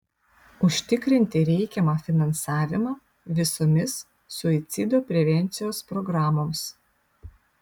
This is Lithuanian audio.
užtikrinti reikiamą finansavimą visomis suicido prevencijos programoms